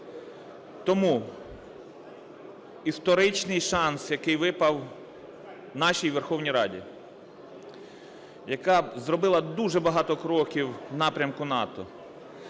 Тому історичний шанс, який випав нашій Верховній Раді, яка зробила дуже багато кроків в напрямку НАТО,